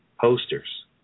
posters